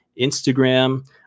Instagram